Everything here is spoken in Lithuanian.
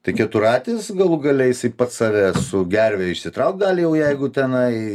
tai keturratis galų gale jisai pats save su gerve išsitraukt gali jau jeigu tenai